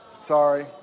sorry